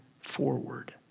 forward